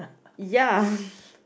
ya